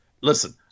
Listen